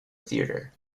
theatre